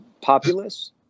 populace